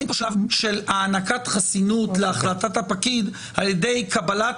אין כאן שלב של הענקת חסינות להחלטת הפקיד על ידי קבלת